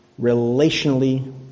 relationally